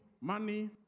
money